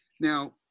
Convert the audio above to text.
Now